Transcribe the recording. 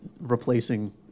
replacing